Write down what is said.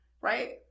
right